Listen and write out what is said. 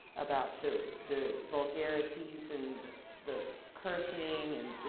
about so the vulgarities and the cursing, and